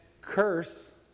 curse